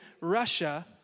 Russia